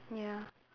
ya